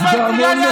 אז בהרבה מקומות,